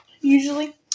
usually